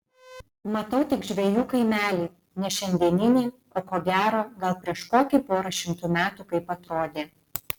matau tik žvejų kaimelį ne šiandieninį o ko gero gal prieš kokį porą šimtų metų kaip atrodė